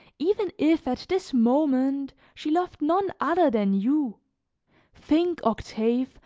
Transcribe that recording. even if at this moment she loved none other than you think, octave,